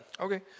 Okay